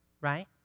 right